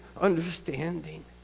understanding